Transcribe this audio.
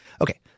Okay